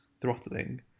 throttling